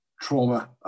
trauma